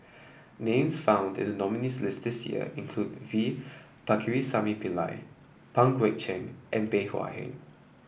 names found in the nominees' list this year include V Pakirisamy Pillai Pang Guek Cheng and Bey Hua Heng